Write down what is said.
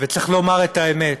וצריך לומר את האמת,